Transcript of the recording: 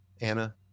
Anna